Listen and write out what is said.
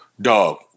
Dog